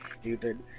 stupid